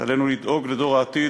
עלינו לדאוג לדור העתיד,